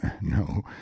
no